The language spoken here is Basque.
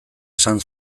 esan